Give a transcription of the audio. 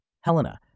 Helena